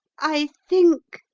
i think,